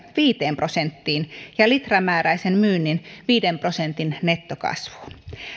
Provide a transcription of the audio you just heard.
viiteen prosenttiin ja litramääräisen myynnin viiden prosentin nettokasvuun